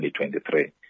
2023